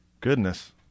Goodness